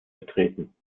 vertreten